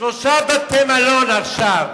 שלושה בתי-מלון עכשיו